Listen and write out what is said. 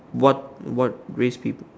what what race people